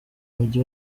mujyi